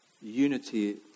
Unity